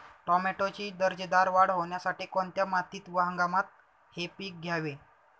टोमॅटोची दर्जेदार वाढ होण्यासाठी कोणत्या मातीत व हंगामात हे पीक घ्यावे?